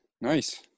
Nice